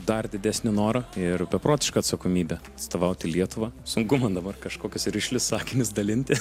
dar didesnį norą ir beprotišką atsakomybę atstovauti lietuvą sunku man dabar kažkokius rišlius sakinius dalinti